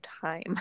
time